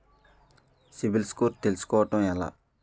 CIBIL score తెల్సుకోటం ఎలా?